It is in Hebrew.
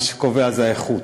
מה שקובע זה האיכות,